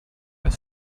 with